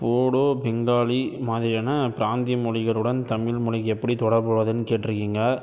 Bodo Bengali மாதிரியான பிராந்திய மொழிகளுடன் தமிழ் மொழி எப்பிடி தொடர்பு உள்ளதுன்னு கேட்டிருக்கீங்க